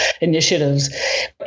initiatives